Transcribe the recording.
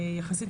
היחסית,